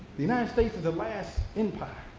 the united states is the last empire.